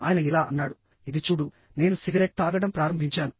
ఆయన ఇలా అన్నాడు ఇది చూడు నేను సిగరెట్ తాగడం ప్రారంభించాను